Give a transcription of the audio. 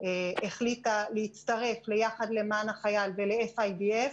החליטה להצטרף ל"יחד למען החייל" ו-FIDF.